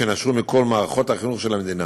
שנשרו מכל מערכות החינוך של המדינה,